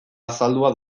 azaldua